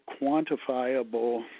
quantifiable